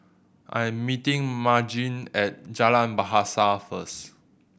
I am meeting Margene at Jalan Bahasa first